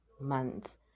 months